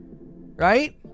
Right